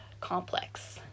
complex